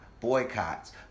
boycotts